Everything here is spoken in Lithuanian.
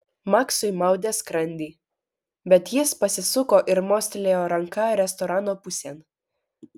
maksui maudė skrandį bet jis pasisuko ir mostelėjo ranka restorano pusėn